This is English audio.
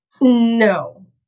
No